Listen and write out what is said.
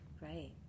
Right